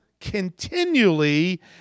continually